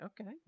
Okay